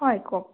হয় কওক